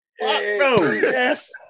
Yes